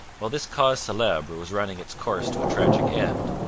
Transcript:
while this cause celebre was running its course to a tragic end,